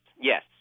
yes